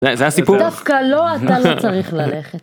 דווקא לא אתה לא צריך ללכת.